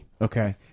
Okay